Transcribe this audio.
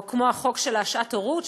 או כמו החוק של שעת הורות,